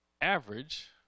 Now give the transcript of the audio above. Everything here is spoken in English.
average